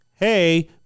Hey